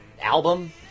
Album